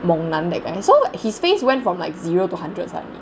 猛男 that kind so his face went from like zero to hundred suddenly